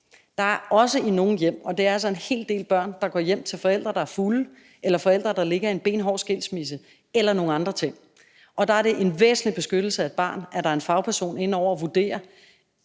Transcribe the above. der er. Men der er altså en hel del hjem, hvor børnene går hjem til forældre, der er fulde, eller forældre, der ligger i en benhård skilsmisse, eller der er nogle andre ting, og der er det en væsentlig beskyttelse af et barn, at der er en fagperson inde over og vurdere,